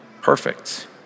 perfect